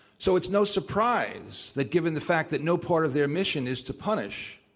so, it's no surprise that given the fact that no part of their mission is to punish,